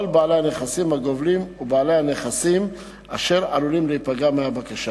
בעלי הנכסים הגובלים ובעלי הנכסים אשר עלולים להיפגע מהבקשה.